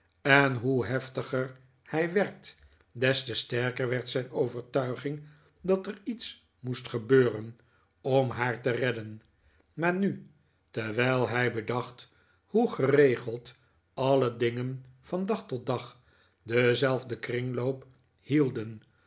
en hoe heftiger hij werd des te sterker werd zijn overtuiging dat er iets moest gebeuren om haar te redden maar nu terwijl hij bedacht hoe geregeld alle dingen van dag tot dag denzelfden kringloop hielden